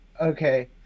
Okay